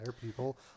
people